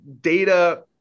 data